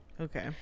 Okay